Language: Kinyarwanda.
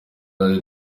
ati